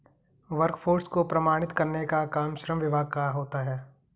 workforce को प्रमाणित करने का काम श्रम विभाग का होता है